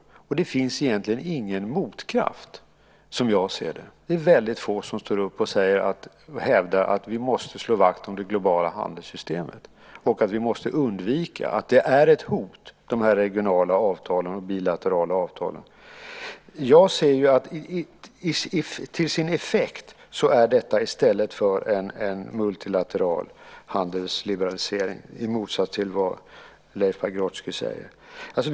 Det finns egentligen ingen motkraft som jag ser det. Det är väldigt få som står upp och hävdar att vi måste slå vakt om det globala handelssystemet och att de här regionala och bilaterala avtalen är ett hot. Jag anser att detta till sin effekt är i stället för en multilateral handelsliberalisering, i motsats till vad Leif Pagrotsky säger.